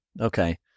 okay